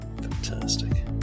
Fantastic